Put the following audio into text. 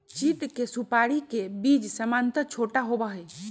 चीड़ के सुपाड़ी के बीज सामन्यतः छोटा होबा हई